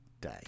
day